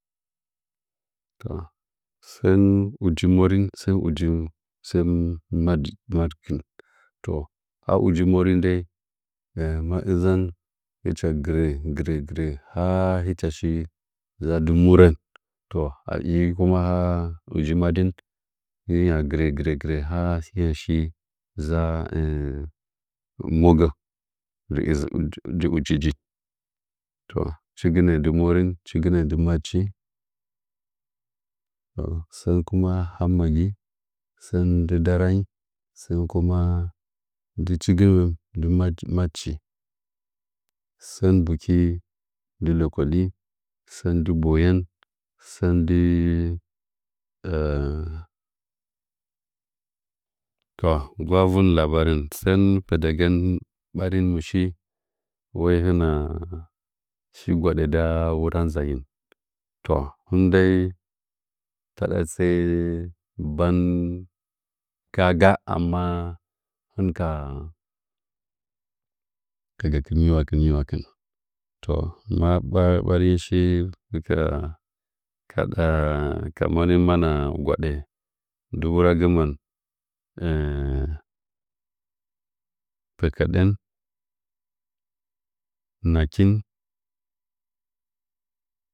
Sɚn uji morin sɚn sɚn uji sɚn madɨ kɨn a uji morin dai hɨcha nzan hɨcha gɨrɚ gɨrɚ gɨrɚ ha hɨcha shi gadi murɚ ma ui adin hɨnya geri gari ha hɨnya shi dzaa mogɚn dɨ tnzɚ dɨ ujiji to shigɚ dɨ murɚ shiginɚ dɨ machi sɚn kuma hamagi sɚn daraingi sɚu ku chigi nɚ machi sɚn bukɚ nggɨ lakodi sɚn boyen to ngwa veenɚ labaran fɚdɚgɚn ɓarih mɨshi wai hɨna shi gwadi nda wura nzanyi to him ndai taɗa sɚɚ ban ka ga amma hɨn ka gɚkɨn nyiwakiu nyiwakin to ma ba ɓariye shi ka moni mana gwaɗɚ dɨ wuragɨmɚm pɚkɚdɚn nakin